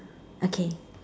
okay